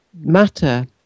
matter